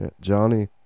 johnny